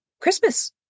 christmas